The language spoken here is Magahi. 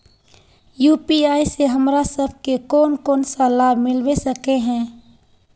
यु.पी.आई से हमरा सब के कोन कोन सा लाभ मिलबे सके है?